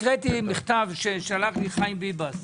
הקראתי מכתב ששלח לי חיים ביבס.